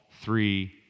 three